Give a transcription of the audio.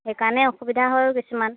সেইকাৰণে অসুবিধা হয়য়ো কিছুমান